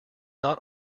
not